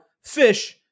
Fish